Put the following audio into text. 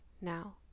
now